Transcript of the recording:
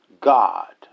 God